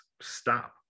stop